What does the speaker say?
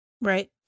right